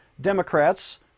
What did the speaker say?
Democrats